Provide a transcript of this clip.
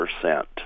percent